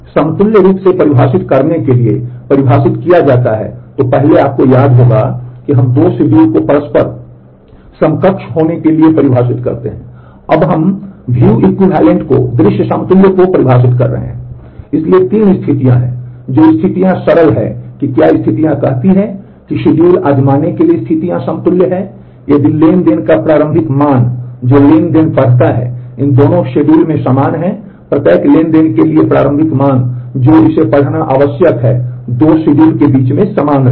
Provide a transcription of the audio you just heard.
इसलिए 3 स्थितियां हैं जो स्थितियां सरल हैं कि क्या स्थितियां कहती हैं कि शेड्यूल आज़माने के लिए स्थितियां समतुल्य हैं यदि ट्रांज़ैक्शन का प्रारंभिक मान जो ट्रांज़ैक्शन पढ़ता है इन दोनों शेड्यूल में समान है प्रत्येक ट्रांज़ैक्शन के लिए प्रारंभिक मान जो इसे पढ़ना आवश्यक है 2 शेड्यूल के बीच समान रहें